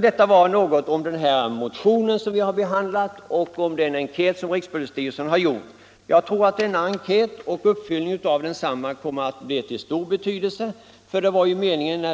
Detta var något om den motion som vi har behandlat och om den enkät som rikspolisstyrelsen har gjort. Jag tror att enkäten och uppföljningen av den kommer att bli av stor betydelse, för det var ju meningen